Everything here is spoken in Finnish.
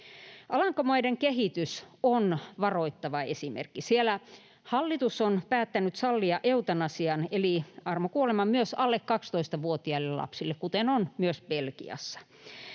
Alankomaiden kehitys on varoittava esimerkki. Siellä hallitus on päättänyt sallia eutanasian eli armokuoleman myös alle 12-vuotiaille lapsille, kuten on myös Belgiassa.